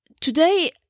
today